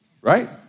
right